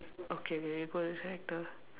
okay go to the tractor